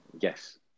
Yes